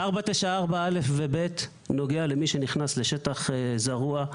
494(א) ו-(ב) נוגעים למי שנכנס לשטח זרוע,